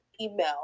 email